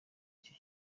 icyo